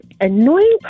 annoying